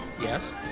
Yes